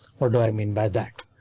what do i mean by that?